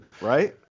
Right